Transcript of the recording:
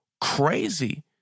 crazy